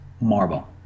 marble